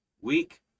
weak